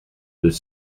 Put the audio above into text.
deux